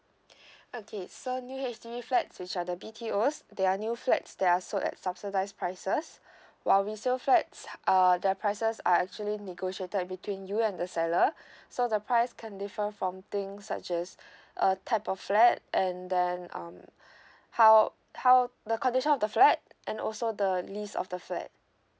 okay so new H_D_B flats which are the B_T_O they are new flats there are sold at subsidize prices while resale flat uh the prices are actually negotiated between you and the seller so the price can different from things such as a type of flat and then um how how the condition of the flat and also the lease of the flat